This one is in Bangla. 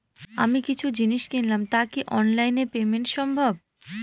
আমি কিছু জিনিস কিনলাম টা কি অনলাইন এ পেমেন্ট সম্বভ?